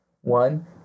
One